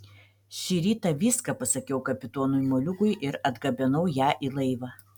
šį rytą viską pasakiau kapitonui moliūgui ir atgabenau ją į laivą